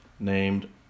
named